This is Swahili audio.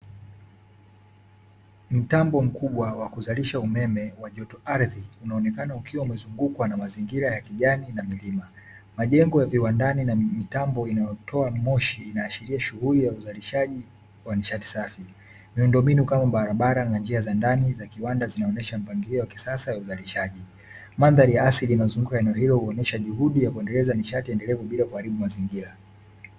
Mtambo mkubwa wa kuzalisha umeme wa joto ardhi, unaonekana ukiwa umezungukwa na mazingira ya kijani na milima. Majengo ya viwandani na mitambo inayotoa moshi, inaashiria shughuli ya uzalishaji wa nishati safi. Miundombinu kama barabara na njia za ndani za kiwanda zinaonesha mpangilio wa kisasa wa uzalishaji. Mandhari ya asili inayozunguka eneo hilo huonesha juhudi ya kuendeleza nishati endelevu bila kuharibu mazingira.